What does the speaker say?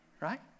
Right